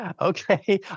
Okay